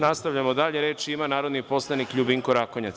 Nastavljamo dalje, reč ima narodni poslanik LJubinko Rakonjac.